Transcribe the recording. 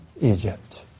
Egypt